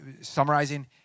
summarizing